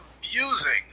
abusing